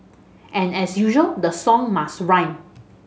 and as usual the song must rhyme